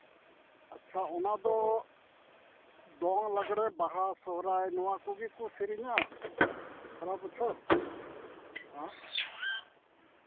ᱟᱪᱪᱷᱟ ᱚᱱᱟᱫᱚ ᱫᱚᱝ ᱞᱟᱸᱜᱽᱲᱮ ᱵᱟᱦᱟ ᱥᱚᱨᱦᱟᱭ ᱱᱚᱣᱟ ᱠᱚᱜᱮ ᱠᱚ ᱥᱮᱨᱮᱧᱟ ᱥᱟᱨᱟ ᱵᱚᱪᱷᱚᱨ ᱦᱮᱸ